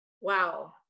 Wow